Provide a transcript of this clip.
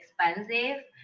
expensive